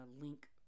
link